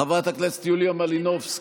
חברת הכנסת יוליה מלינובסקי,